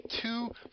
two